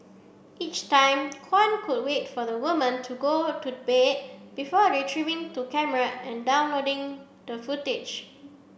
each time Kwan could wait for the woman to go to bed before retrieving to camera and downloading the footage